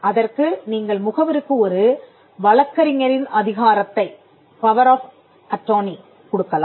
அதற்கு நீங்கள் முகவருக்கு ஒரு வழக்கறிஞரின் அதிகாரத்தைக் கொடுக்கலாம்